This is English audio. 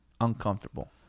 uncomfortable